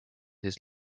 his